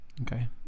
Okay